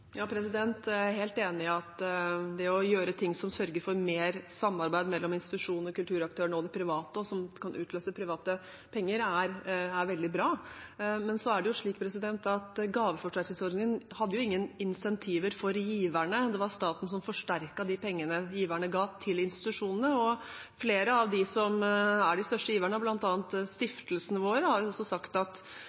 Ja, jeg er helt enig i at å gjøre ting som sørger for mer samarbeid mellom institusjonen og kulturaktøren og det private, og som kan utløse private penger, er veldig bra. Men så er det slik at gaveforsterkningsordningen hadde ingen insentiver for giverne, det var staten som forsterket de pengene giverne ga til institusjonene. Flere av dem som er de største giverne, bl.a. stiftelsene våre, har sagt at